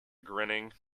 grinning